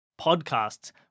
podcasts